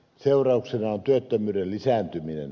seurauksena on työttömyyden lisääntyminen